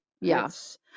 yes